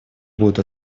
будет